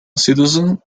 citizen